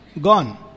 Gone